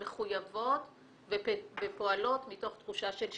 מחויבות ופועלות מתוך תחושה של שליחות.